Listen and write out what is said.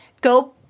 Go